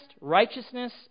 righteousness